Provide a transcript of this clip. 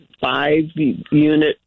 five-unit